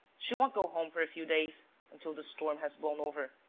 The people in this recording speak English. she won't go home for a few days, until the storm has blown over.